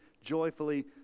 joyfully